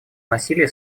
насилия